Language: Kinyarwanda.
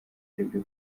aribyo